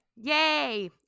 Yay